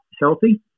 healthy